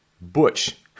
butch